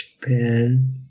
Japan